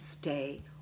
stay